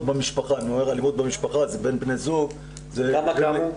במשפחה וכשאני אומר אלימות במשפחה זה בין בני זוג --- כמה קמו?